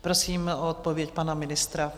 Prosím o odpověď pana ministra.